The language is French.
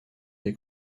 est